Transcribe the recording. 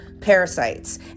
parasites